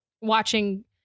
watching